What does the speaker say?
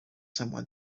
someone